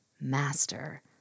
master